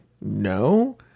no